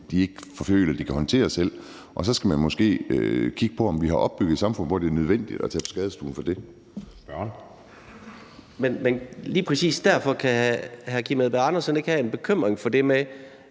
de ikke føler de kan håndtere selv, og så skal man måske kigge på, om vi har opbygget et samfund, hvor det er nødvendigt at tage på skadestuen for det.